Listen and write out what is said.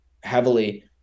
heavily